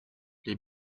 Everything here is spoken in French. les